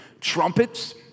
trumpets